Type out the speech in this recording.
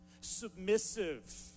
submissive